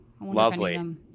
Lovely